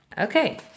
Okay